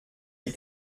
die